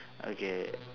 okay